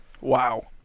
Wow